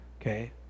Okay